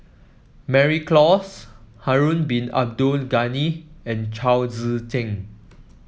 Mary Klass Harun Bin Abdul Ghani and Chao Tzee Cheng